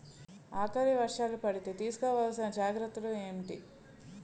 ఆకలి వర్షాలు పడితే తీస్కో వలసిన జాగ్రత్తలు ఏంటి?